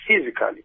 physically